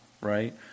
right